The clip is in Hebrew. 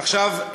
עכשיו,